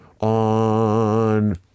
on